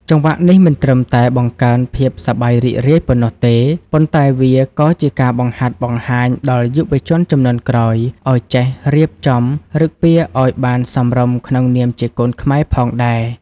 ចង្វាក់នេះមិនត្រឹមតែបង្កើនភាពសប្បាយរីករាយប៉ុណ្ណោះទេ ប៉ុន្តែវាក៏ជាការបង្ហាត់បង្ហាញដល់យុវជនជំនាន់ក្រោយឱ្យចេះរៀបចំឫកពារឱ្យបានសមរម្យក្នុងនាមជាកូនខ្មែរផងដែរ។